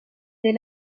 del